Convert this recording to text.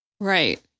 Right